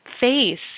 face